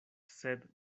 sed